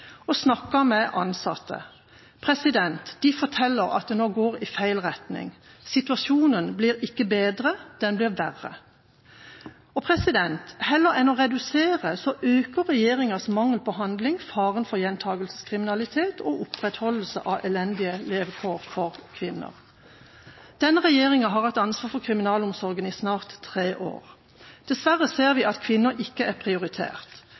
og snakket med ansatte. De forteller at det nå går i feil retning. Situasjonen blir ikke bedre, den blir verre. Heller enn å redusere, så øker regjeringas mangel på handling faren for gjentakelseskriminalitet og opprettholdelse av elendige levekår for kvinner. Denne regjeringa har hatt ansvar for kriminalomsorgen i snart tre år. Dessverre ser vi at kvinner ikke er prioritert.